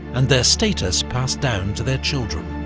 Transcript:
and their status passed down to their children.